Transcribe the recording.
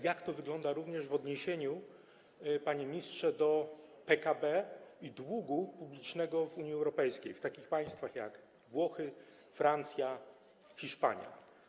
Jak to wygląda również w odniesieniu, panie ministrze, do PKB i długu publicznego w Unii Europejskiej, w takich państwach jak Włochy, Francja, Hiszpania?